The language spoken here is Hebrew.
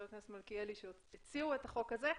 הכנסת מלכיאלי שהציעו את החוק הזה,